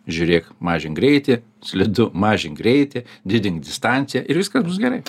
žiūrėk mažink greitį slidu mažink greitį didink distanciją ir viskas bus gerai